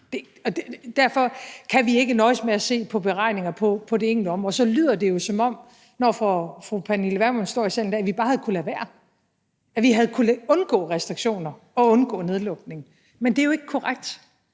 Derfor kan vi ikke nøjes med at se på beregninger på det enkelte område. Når fru Pernille Vermund står her i salen i dag, lyder det jo, som om vi bare kunne have ladet være; at vi havde kunnet undgå restriktioner og undgå nedlukning. Men det er jo ikke korrekt.